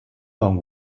long